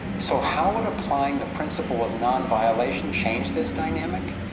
so how would applying the principle of non-violation change this dynamic?